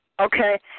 Okay